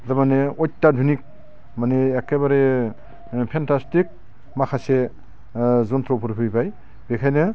थारमाने अयथादुनिक माने एखेबारे फेनटासटिक माखासे ओ जन्थ्रफोर फैबाय बेखायनो